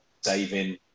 saving